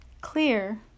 clear